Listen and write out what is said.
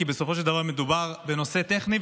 כי בסופו של דבר מדובר בנושא טכני.